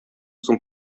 соң